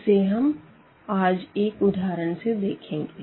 इसे हम आज एक उदाहरण से देखेंगे